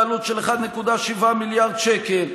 בעלות של 1.7 מיליארד שקל.